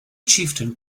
chieftain